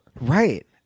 right